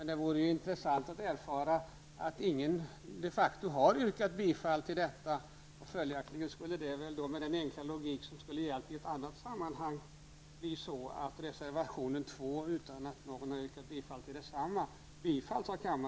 Det vore intressant att erfara en situation där ingen de facto har yrkat bifall på en punkt, men där möjligen reservationen, med den enkla logik som skulle ha gällt i annat sammanhang, kan bli bifallen av kammaren utan att någon har yrkat bifall till densamma.